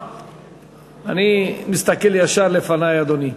אני מסתכל ישר לפני, אדוני.